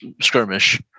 skirmish